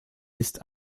ist